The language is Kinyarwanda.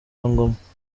ngoma